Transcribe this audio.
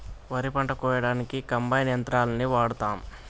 వరి పంట కోయడానికి కంబైన్ యంత్రాలని వాడతాం